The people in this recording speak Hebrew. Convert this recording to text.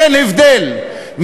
אין הבדל,